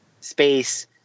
space